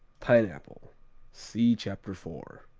pineapple see chapter four.